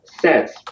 sets